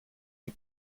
die